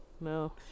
no